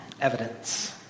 Evidence